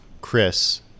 Chris